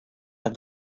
foar